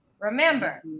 Remember